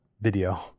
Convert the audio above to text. video